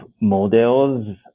models